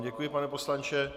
Děkuji vám, pane poslanče.